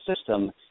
system